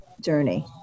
journey